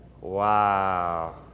Wow